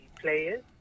players